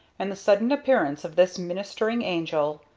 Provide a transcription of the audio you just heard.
and the sudden appearance of this ministering angel.